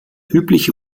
übliche